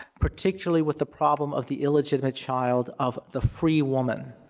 particularly with the problem of the illegitimate child of the free woman.